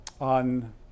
on